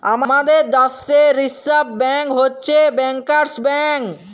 আমাদের দ্যাশে reserve bank হছে ব্যাংকার্স ব্যাংক